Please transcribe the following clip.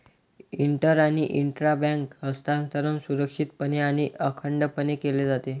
inter आणि intra bank हस्तांतरण सुरक्षितपणे आणि अखंडपणे केले जाते